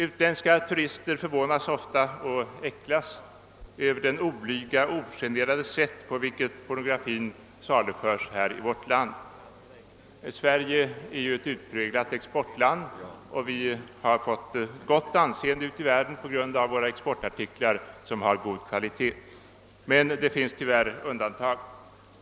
Utländska turister blir ofta förvånade och äcklade över det oblyga och ogenerade sätt på vilket pornografin saluföres i vårt land. Sverige är ju ett utpräglat exportland, och vi har ute i världen fått ett gott anseende för våra exportartiklar, som är av god kvalitet. Men det finns tyvärr undantag.